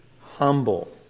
humble